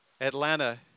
Atlanta